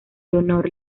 leonor